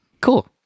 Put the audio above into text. cool